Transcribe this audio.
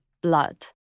blood